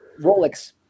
Rolex